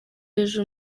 hejuru